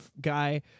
guy